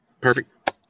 Perfect